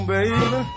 Baby